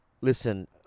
listen